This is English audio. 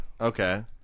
Okay